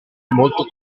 molto